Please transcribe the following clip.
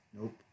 Nope